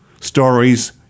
Stories